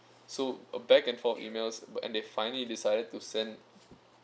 so back and forth emails and they finally decided to send